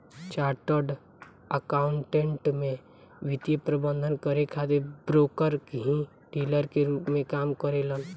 chartered accountant में वित्तीय प्रबंधन करे खातिर ब्रोकर ही डीलर के रूप में काम करेलन